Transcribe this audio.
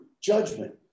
judgment